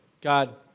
God